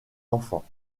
enfants